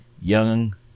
young